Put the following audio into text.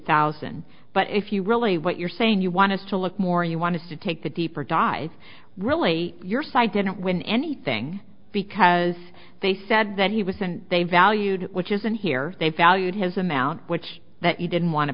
thousand but if you really what you're saying you want us to look more you want to take the deeper dive really your side didn't win anything because they said that he was and they valued it which isn't here they valued his amount which that he didn't want to